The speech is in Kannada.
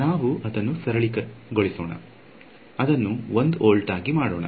ನಾವು ಅದನ್ನು ಸರಳಗೊಳಿಸೋಣ ಅದನ್ನು 1 ವೋಲ್ಟ್ ಆಗಿ ಮಾಡೋಣ